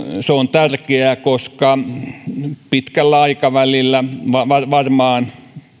se on tärkeää pitkällä aikavälillä varmaan varmaan